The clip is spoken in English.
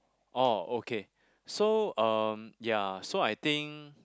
oh okay so um ya so I think